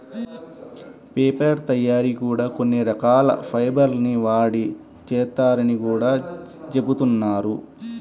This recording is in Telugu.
పేపర్ తయ్యారీ కూడా కొన్ని రకాల ఫైబర్ ల్ని వాడి చేత్తారని గూడా జెబుతున్నారు